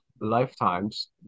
lifetimes